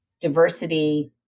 diversity